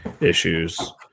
issues